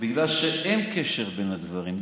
בגלל שאין קשר בין הדברים.